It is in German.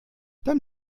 dann